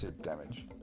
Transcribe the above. damage